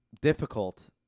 difficult